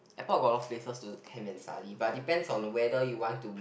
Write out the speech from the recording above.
airport got a lot of places to camp and study but it depends on whether you want to